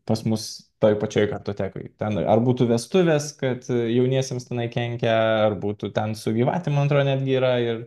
pas mus toj pačioj kartotekoj ten ar būtų vestuvės kad jauniesiems tenai kenkia ar būtų ten su gyvatėm man atrodo netgi yra ir